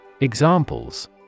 Examples